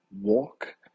walk